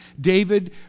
David